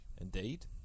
Indeed